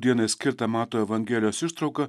dienai skirtą mato evangelijos ištrauką